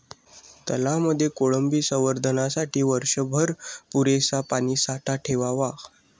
तलावांमध्ये कोळंबी संवर्धनासाठी वर्षभर पुरेसा पाणीसाठा ठेवावा